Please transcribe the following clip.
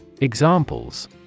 Examples